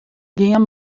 gean